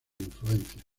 influencias